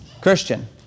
Christian